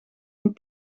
een